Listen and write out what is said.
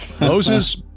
Moses